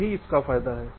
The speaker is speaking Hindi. यही फायदा है